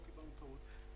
לא קיבלנו פירוט.